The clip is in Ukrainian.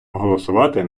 голосувати